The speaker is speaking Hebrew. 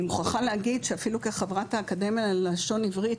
אני מוכרחה להגיד שאפילו כחברת האקדמיה ללשון עברית